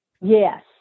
Yes